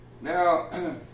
Now